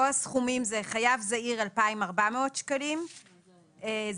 כאן הסכומים הם: חייב זעיר 2,400 שקלים כאשר